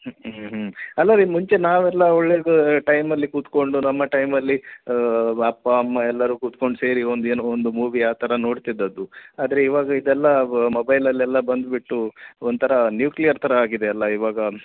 ಹ್ಞೂ ಹ್ಞೂ ಅಲ್ಲ ರೀ ಮುಂಚೆ ನಾವೆಲ್ಲ ಒಳ್ಳೇದು ಟೈಮಲ್ಲಿ ಕೂತ್ಕೊಂಡು ನಮ್ಮ ಟೈಮಲ್ಲಿ ಅಪ್ಪ ಅಮ್ಮ ಎಲ್ಲರು ಕೂತ್ಕೊಂಡು ಸೇರಿ ಒಂದು ಏನೋ ಒಂದು ಮೂವಿ ಆ ಥರ ನೋಡ್ತಿದದ್ದು ಆದರೆ ಈವಾಗ ಇದೆಲ್ಲ ವ ಮೊಬೈಲಲೆಲ್ಲ ಬಂದು ಬಿಟ್ಟು ಒಂಥರ ನ್ಯೂಕ್ಲಿಯರ್ ಥರ ಆಗಿದೆ ಎಲ್ಲ ಇವಾಗ